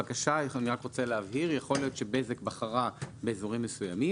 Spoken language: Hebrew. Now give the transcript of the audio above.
יכול להיות שבזק בחרה באזורים מסוימים